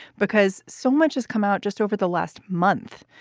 because so much has come out just over the last month.